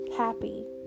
happy